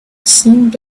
seemed